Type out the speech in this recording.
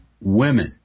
women